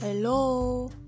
hello